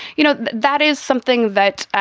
you know, that is something that,